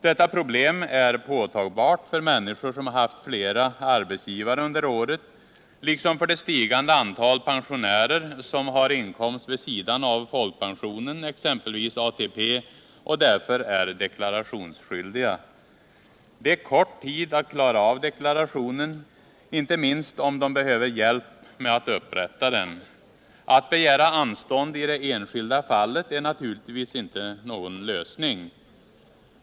Detta problem är särskilt påtagligt för människor som haft flera arbetsgivare under året liksom för det stigande antalet pensionärer som har inkomst vid sidan av folkpensionen, exempelvis ATP, och därför är deklarationsskyldiga. Det är kort tid för dem att klara av deklarationen, inte minst om de behöver hjälp med att upprätta den. Att begära anstånd i det enskilda fallet är naturligtvis inte någon lösning.